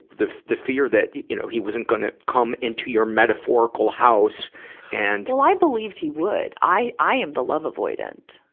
the, the fear that, you know, he wasn't gonna come into your metaphorical house and christina well, i believed he would. i, i am the love avoidant,